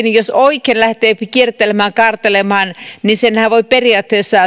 niin jos oikein lähtee kiertelemään kaartelemaan niin sehän voi periaatteessa